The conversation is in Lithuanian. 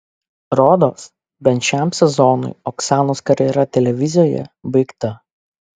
rodos bent šiam sezonui oksanos karjera televizijoje baigta